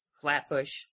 Flatbush